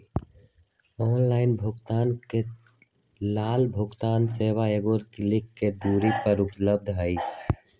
online भुगतान के लेल भुगतान सेवा एगो क्लिक के दूरी पर उपलब्ध हइ